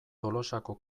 tolosako